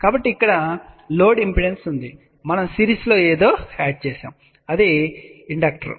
కాబట్టి ఇక్కడ load impedance ఉంది మనం సిరీస్లో ఏదో యాడ్ చేసాము అది ఇండక్టర్